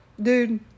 Dude